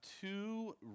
two